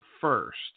first